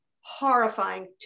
horrifying